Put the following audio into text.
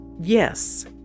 yes